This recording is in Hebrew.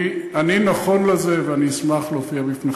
אני נכון לזה, ואני אשמח להופיע בפניכם.